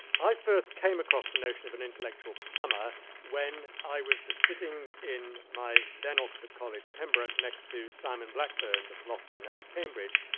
i first came across the notion of an intellectual plumber when i was sitting in my then oxford college, pembroke, next to simon blackburn, the philosopher now at cambridge.